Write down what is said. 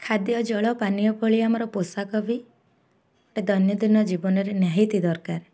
ଖାଦ୍ୟ ଜଳ ପାନୀୟ ଭଳି ଆମର ପୋଷାକ ବି ଗୋଟେ ଦୈନଦିନ ଜୀବନରେ ନିହାତି ଦରକାର